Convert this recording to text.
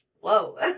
whoa